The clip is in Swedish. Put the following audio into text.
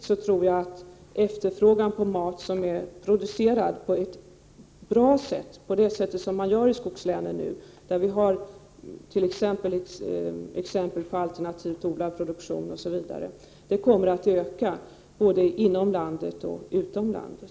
På sikt tror jag att efterfrågan på mat som är producerad på ett bra sätt, på det sätt som nu tillämpas i skogslänen, där vi har exempel på alternativt odlad produktion osv., kommer att öka både inom landet och utom landet.